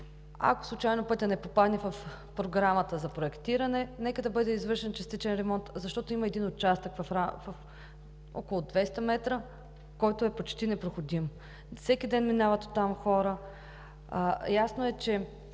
Ако случайно пътят не попадне в Програмата за проектиране, нека да бъде извършен частичен ремонт, защото има един участък от около 200 м, който е почти непроходим – всеки ден оттам минават хора. Ясно е, че